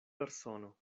persono